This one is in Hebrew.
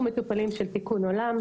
אנחנו מטופלים של תיקון עולם,